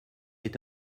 est